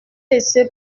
laissé